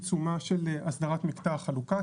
נמצאים בעיצומה של הסדרת מקטע החלוקה.